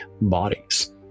bodies